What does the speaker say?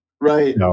right